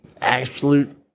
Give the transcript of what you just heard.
absolute